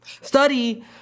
Study